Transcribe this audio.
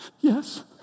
Yes